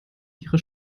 ihre